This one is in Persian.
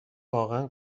واقعا